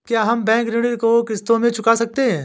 क्या हम बैंक ऋण को किश्तों में चुका सकते हैं?